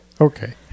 Okay